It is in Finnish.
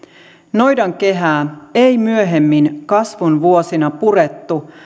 noidankehää ei myöhemmin kasvun vuosina purettu